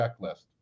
checklist